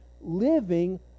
living